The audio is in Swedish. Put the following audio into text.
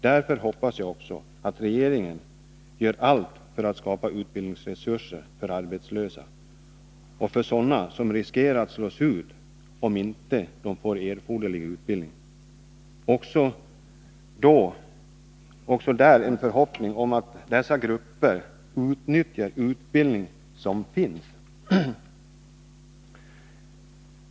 Därför hoppas jag att regeringen gör allt för att skapa utbildningsresurser för arbetslösa och för sådana som riskerar att slås ut om de inte får erforderlig utbildning. Jag vill också uttrycka en förhoppning om att dessa grupper utnyttjar den utbildning som står till förfogande.